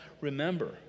remember